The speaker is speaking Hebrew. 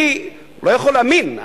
אני לא יכול להאמין,